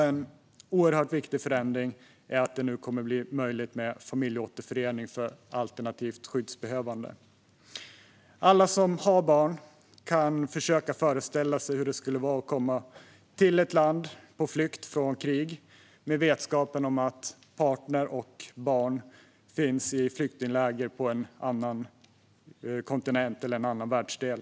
En oerhört viktig förändring är att det nu kommer att bli möjligt med familjeåterförening för alternativt skyddsbehövande. Alla som har barn kan försöka föreställa sig hur det skulle vara att vara på flykt från krig och komma till ett land med vetskapen om att partner och barn finns i flyktingläger på en annan kontinent eller i en annan världsdel.